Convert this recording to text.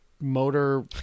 motor